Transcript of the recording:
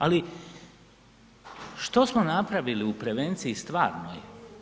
Ali, što smo napravili u prevenciji stvarnoj?